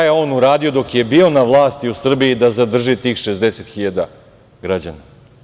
Šta je on uradio dok je bio na vlasti u Srbiji da zadrži tih 60 hiljada građana?